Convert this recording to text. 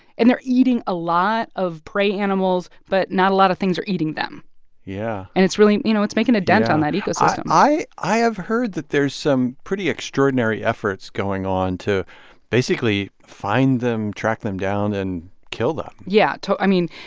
and they're eating a lot of prey animals, but not a lot of things are eating them yeah and it's really you know, it's making a dent on that ecosystem i i have heard that there's some pretty extraordinary efforts going on to basically find them, track them down and kill them yeah. so i mean,